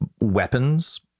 weapons